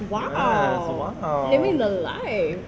yes !wow!